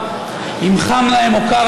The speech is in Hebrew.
הכול